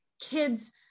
kids